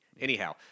Anyhow